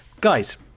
guys